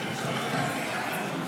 לא נתקבלה.